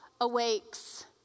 awakes